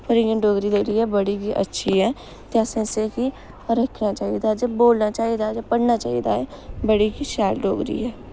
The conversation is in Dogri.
पर इ'यां डोगरी जेह्ड़ी ऐ बड़ी गै अच्छी ऐ ते असें इसगी रक्खना चाही दा जां बोलना चाही दा जां पढ़ना चाही दा ऐ बड़ी गै शैल डोगरी ऐ